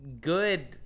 good